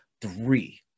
three